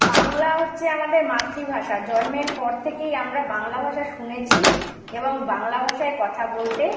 বাংলা হচ্ছে আমাদের মাতৃভাষা জন্মের পর থেকেই আমরা বাংলা ভাষা শুনেছি এবং বাংলা ভাষায় কথা বলতে